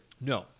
No